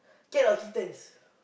cat or kittens